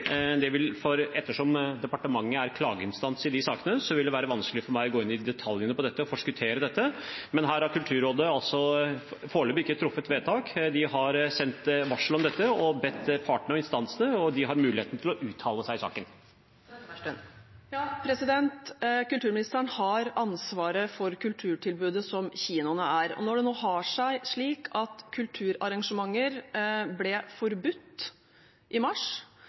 Ettersom departementet er klageinstans i de sakene, vil det være vanskelig for meg å gå inn i detaljene på dette og forskuttere dette. Men her har Kulturrådet foreløpig ikke truffet vedtak. De har sendt varsel om dette til partene og instansene, og de har mulighet til å uttale seg i saken. Anette Trettebergstuen – til oppfølgingsspørsmål. Kulturministeren har ansvaret for kulturtilbudet som kinoene er. Når det nå har seg slik at kulturarrangementer ble forbudt i mars,